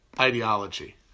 ideology